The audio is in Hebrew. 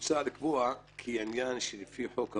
מוצע לקבוע כי עניין שלפי חוק הבוררות,